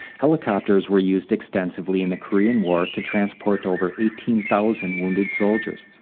helicopters were used extensively in the korean war to transport over eighteen thousand wounded solders.